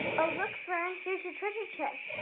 oh look fern, here's your treasure chest.